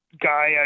guy